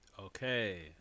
Okay